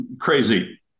crazy